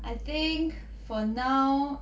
I think for now